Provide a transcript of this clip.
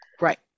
Right